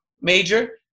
Major